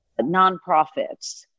nonprofits